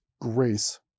grace